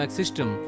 system